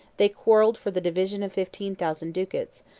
they quarrelled for the division of fifteen thousand ducats,